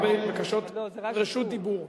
הרבה בקשות רשות דיבור.